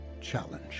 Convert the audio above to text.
challenge